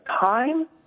time